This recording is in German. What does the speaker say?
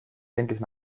endlich